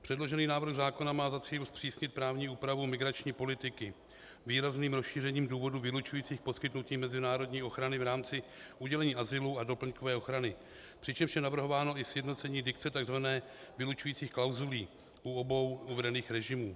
Předložený návrh zákona má za cíl zpřísnit právní úpravu migrační politiky výrazným rozšířením důvodů vylučujících poskytnutí mezinárodní ochrany v rámci udělení azylu a doplňkové ochrany, přičemž je navrhováno i sjednocení dikce tzv. vylučující klauzulí u obou uvedených režimů.